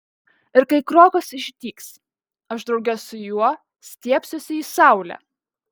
ir kai krokas išdygs aš drauge su juo stiebsiuosi į saulę